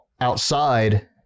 outside